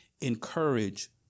encourage